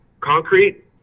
concrete